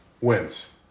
wins